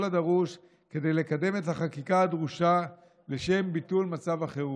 הדרוש לקדם את החקיקה הדרושה לשם ביטול מצב החירום.